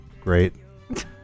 Great